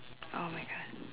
!oh-my-God!